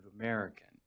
American